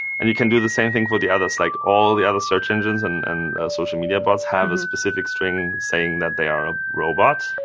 and you can do the same thing for the others. like all the other search engines and and social media bots have a specific string saying that they are a robot.